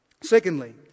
Secondly